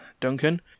Duncan